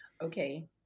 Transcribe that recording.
Okay